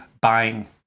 buying